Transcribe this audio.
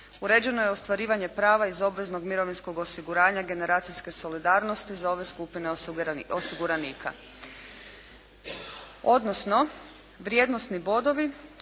uređeno je ostvarivanje prava iz obveznog mirovinskog osiguranja generacijske solidarnosti za ove skupine osiguranika, odnosno vrijednosni bodovi